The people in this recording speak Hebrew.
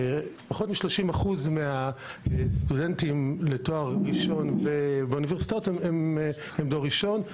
פחות מ-30% מהסטודנטים לתואר ראשון באוניברסיטאות הם דור ראשון,